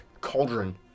cauldron